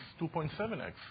2.7x